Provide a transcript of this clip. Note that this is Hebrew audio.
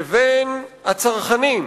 לבין הצרכנים,